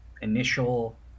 initial